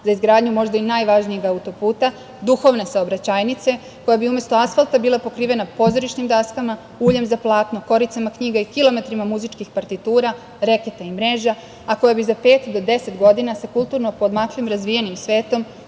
za izgradnju možda i najvažnijeg autoputa, duhovne saobraćajnice, koja bi umesto asfalta bila pokrivena pozorišnim daskama, uljem za platno, koricama knjiga i kilometrima muzičkih partitura, reketa i mreža, a koja bi za pet do deset godina sa kulturno poodmaklim razvijenim svetom